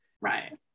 Right